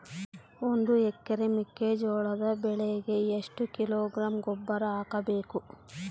ಒಂದು ಎಕರೆ ಮೆಕ್ಕೆಜೋಳದ ಬೆಳೆಗೆ ಎಷ್ಟು ಕಿಲೋಗ್ರಾಂ ಗೊಬ್ಬರ ಹಾಕಬೇಕು?